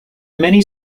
many